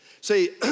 See